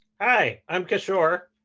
hi, i'm kishore.